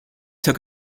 took